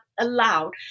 allowed